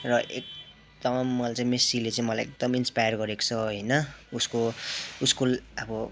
र एकदम मलाई चाहिँ मेस्सीले चाहिँ मलाई एकदम इन्सपायर गरेको छ होइन उसको उसको अब